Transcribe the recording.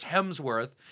Hemsworth